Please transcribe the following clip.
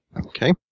Okay